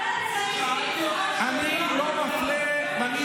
גם אתה צריך, שאלתי אותך שאלה.